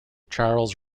charles